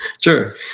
Sure